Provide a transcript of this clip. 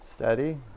Steady